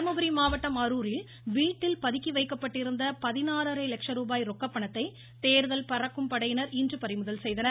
தர்மபுரி மாவட்டம் அரூரில் வீட்டில் பதுக்கி வைக்கப்பட்டிருந்த பதினாறரை லட்சருபாய் ரொக்கப் பணத்தை தேர்தல் பறக்கும் படையினர் இன்று பறிமுதல் செய்தனர்